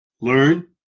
learn